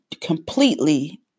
completely